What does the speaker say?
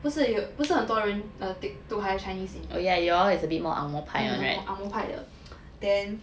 不是有不是很多人 err take took higher chinese mm angmoh 派的 then